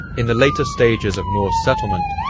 in the later stages of norse settlement,